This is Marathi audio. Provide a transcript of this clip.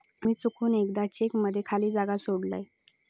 मी चुकून एकदा चेक मध्ये खाली जागा सोडलय